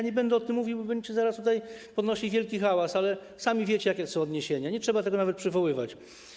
Nie będę o tym mówił, bo będziecie zaraz tutaj robić wielki hałas, ale sami wiecie, jakie to są odniesienia, nie trzeba tego nawet przywoływać.